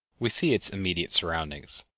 we see its immediate surroundings,